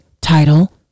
Title